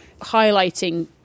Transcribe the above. highlighting